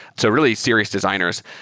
so really, series designers.